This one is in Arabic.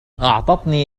أعطتني